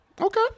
Okay